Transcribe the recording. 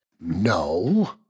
No